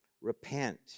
Repent